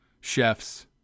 chefs